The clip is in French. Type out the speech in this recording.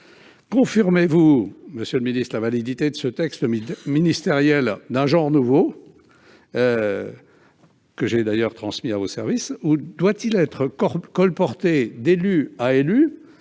Confirmez-vous la validité de ce texte ministériel d'un genre nouveau, que j'ai d'ailleurs transmis à vos services ? Doit-il être colporté d'élu à élu